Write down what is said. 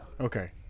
Okay